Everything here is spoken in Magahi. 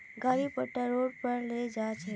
गाड़ी पट्टा रो पर ले जा छेक